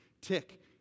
tick